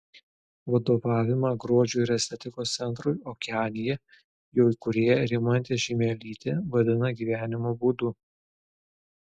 vadovavimą grožio ir estetikos centrui okeanija jo įkūrėja rimantė žiemelytė vadina gyvenimo būdu